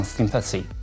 Sympathy